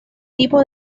tipo